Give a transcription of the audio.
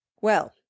Well